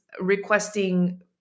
requesting